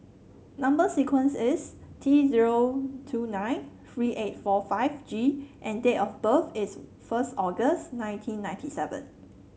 number sequence is T zero two nine three eight four five G and date of birth is first August nineteen ninety seven